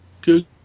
good